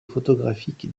photographique